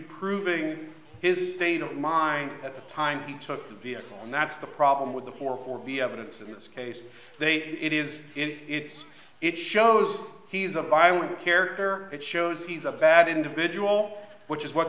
proving his state of mind at the time he took the vehicle and that's the problem with the poor vi evidence in this case it is it's it shows he's a violent character that shows he's a bad individual which is what